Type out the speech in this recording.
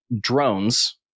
drones